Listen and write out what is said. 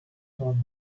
told